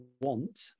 want